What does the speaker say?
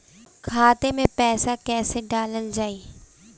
खाते मे पैसा कैसे डालल जाई?